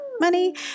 money